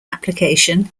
application